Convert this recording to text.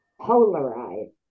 polarized